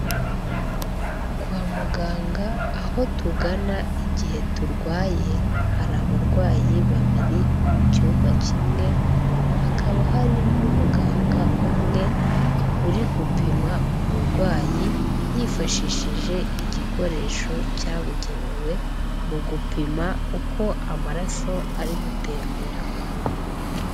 Kwa muganga aho tugana igihe turwaye, hari abarwayi babiri mu cyumba kimwe, hakaba hari n'umuganga umwe, uri gupima umurwayi yifashishije igikoresho cyabugenewe mu gupima uko amaraso ari gutembera mu mubiri.